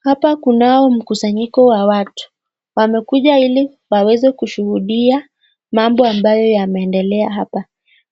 Hapa kunao mkusanyiko wa watu. Wamekuja ili waweze kushuhudia mambo ambayo yameendelea hapa.